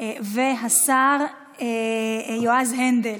והשר יועז הנדל,